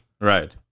Right